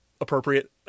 appropriate